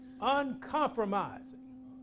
uncompromising